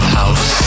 house